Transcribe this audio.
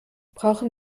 brauchen